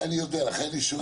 את זה אני יודע, לכן אני שואל.